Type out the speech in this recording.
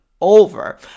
over